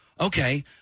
Okay